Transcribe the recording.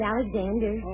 Alexander